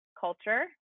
culture